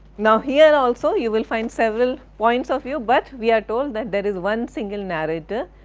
now here also you will find several points of view but we are told that there is one single narrator,